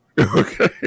Okay